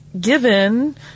given